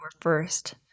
first